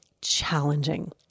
challenging